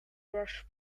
rush